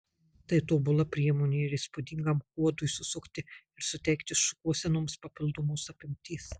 tai tobula priemonė ir įspūdingam kuodui susukti ir suteikti šukuosenoms papildomos apimties